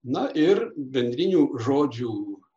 na ir bendrinių žodžių